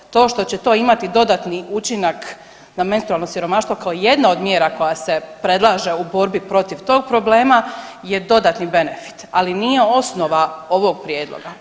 To što će to imati dodatni učinak na menstrualno siromaštvo kao jedna od mjera koja se predlaže u borbi protiv tog problema je dodatni benefit, ali nije osnova ovog prijedloga.